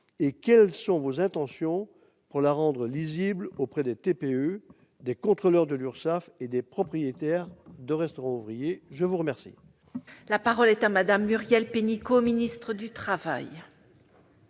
et quelles sont vos intentions pour la rendre lisible auprès des TPE, des contrôleurs de l'URSSAF et des propriétaires de restaurants ouvriers ? La parole est à Mme la ministre du travail.